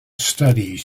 studies